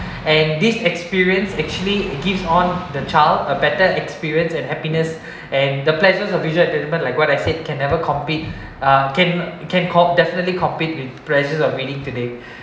and this experience actually gives on the child a better experience and happiness and the pleasures of visual development like what I said can never compete uh can can called definitely compete with pleasures of reading today